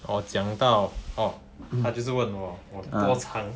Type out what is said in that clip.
orh 讲到 orh 他就是问我多长